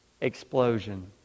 explosion